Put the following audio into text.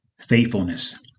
faithfulness